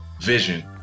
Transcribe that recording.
vision